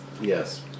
Yes